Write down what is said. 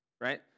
right